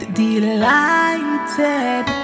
delighted